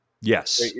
Yes